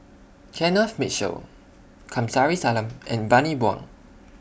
Kenneth Mitchell Kamsari Salam and Bani Buang